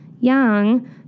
Young